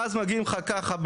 ואז מגיעים לך ככה,